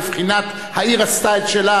בבחינת: העיר עשתה את שלה,